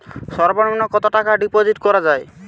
সর্ব নিম্ন কতটাকা ডিপোজিট করা য়ায়?